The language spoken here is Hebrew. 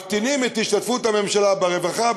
מקטינים את השתתפות הממשלה ברווחה,